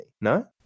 no